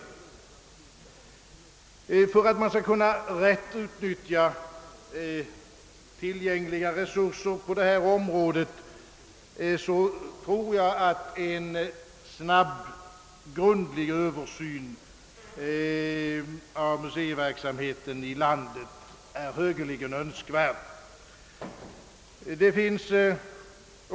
Jag anser, att om man rätt skall kunna utnyttja tillgängliga resurser på detta område, är en snabb och grundlig översyn av museiverksamheten i landet högeligen önskvärd.